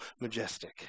majestic